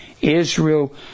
Israel